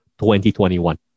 2021